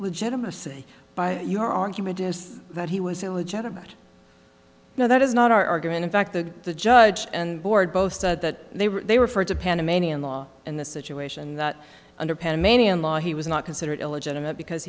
legitimacy by your argument is that he was illegitimate no that is not our argument in fact the the judge and board both said that they were they referred to panamanian law and the situation that under panamanian law he was not considered illegitimate because